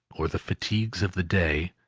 or the fatigues of the day,